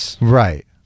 Right